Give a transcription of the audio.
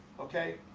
okay?